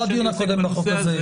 לא בדיון הקודם של החוק הזה,